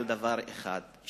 על דבר אחד,